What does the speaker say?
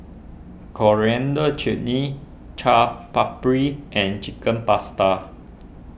Coriander Chutney Chaat Papri and Chicken Pasta